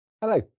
Hello